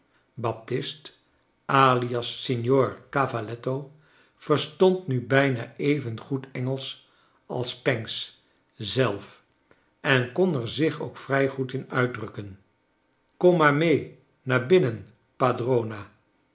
baptist alias signor cavaletto verstond nu bijna even goed engelsch als pancks zelf en kon er zich ook vrij goed in uitdrukken kom maar mee naar binnen